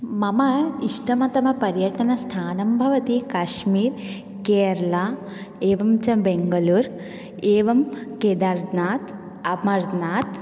मम इष्टतमपर्यटनस्थानं भवति काश्मीर् केरला एवञ्च बेङ्गलूर् एवं केदार्नाथ् अमर्नाथ्